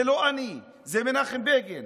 זה לא אני, זה מנחם בגין.